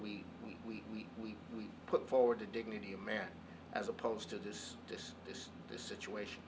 we we we we put forward the dignity of man as opposed to this this this this situation